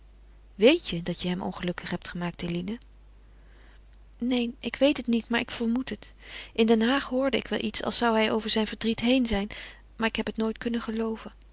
weet je dat je hem ongelukkig hebt gemaakt eline neen ik weet het niet maar ik vermoed het in den haag hoorde ik wel iets als zou hij over zijn verdriet heen zijn maar ik heb het nooit kunnen gelooven